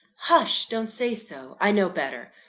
hush! don't say so i know better.